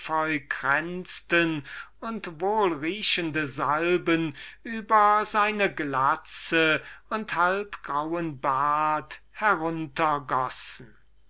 und wohlriechende salben über seine glatze und seinen halbgrauen bart